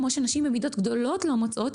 כמו שנשים במידות גדולות לא מוצאות,